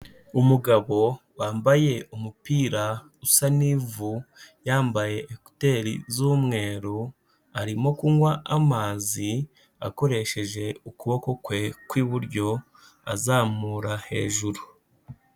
Umugabo wambaye umupira usa n'ivu, yambaye ekuteri z'umweru, arimo kunywa amazi akoresheje ukuboko kwe kw'iburyo, azamura hejuru.